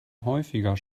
häufiger